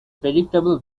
predictable